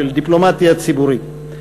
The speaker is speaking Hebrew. של דיפלומטיה ציבורית.